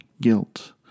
guilt